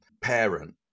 parent